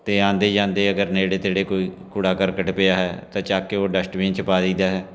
ਅਤੇ ਆਉਂਦੇ ਜਾਂਦੇ ਅਗਰ ਨੇੜੇ ਤੇੜੇ ਕੋਈ ਕੂੜਾ ਕਰਕਟ ਪਿਆ ਹੈ ਤਾਂ ਚੱਕ ਕੇ ਉਹ ਡਸਟਬੀਨ 'ਚ ਪਾ ਦੇਈ ਦਾ ਹੈ